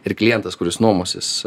ir klientas kuris nuomosis